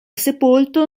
sepolto